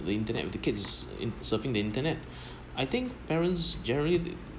the internet with the kids is sur~surfing the internet I think parents generally